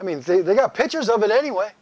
i mean they they have pictures of it anyway